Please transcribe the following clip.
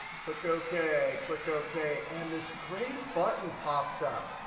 click ok. click ok. and this great button pops up.